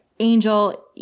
angel